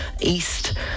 East